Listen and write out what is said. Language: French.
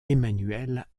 emanuel